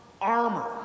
armor